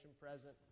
present